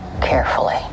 carefully